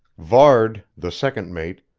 varde, the second mate,